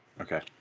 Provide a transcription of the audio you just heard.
Okay